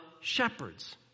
shepherds